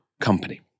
Company